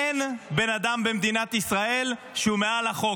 אין בן אדם במדינת ישראל שהוא מעל לחוק,